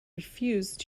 refused